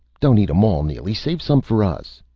don't eat em all, neely! save some for us.